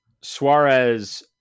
Suarez